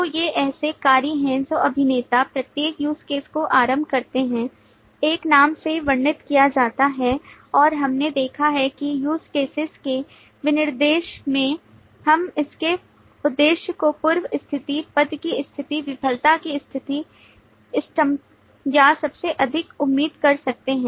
तो ये ऐसे कार्य हैं जो अभिनेता प्रत्येक use case को आरंभ करते हैं एक नाम से वर्णित किया जाता है और हमने देखा है कि use cases के विनिर्देश में हम इसके उद्देश्य को पूर्व स्थिति पद की स्थिति विफलता की स्थिति इष्टतम या सबसे अधिक उम्मीद कर सकते है